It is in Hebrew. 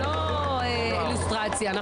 הוא עבד בסופרמרקט בתחנה המרכזית בתל-אביב,